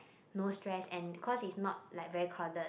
no stress and cause it's not like very crowded